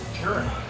Sure